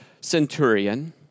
centurion